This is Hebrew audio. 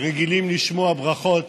רגילים לשמוע ברכות